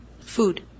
Food